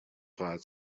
خواهد